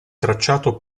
tracciato